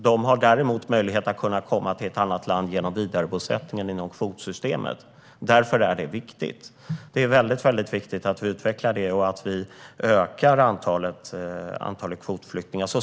De har däremot möjlighet att kunna komma till ett annat land genom vidarebosättning inom kvotsystemet. Därför är det viktigt att vi utvecklar detta och ökar antalet kvotflyktingar.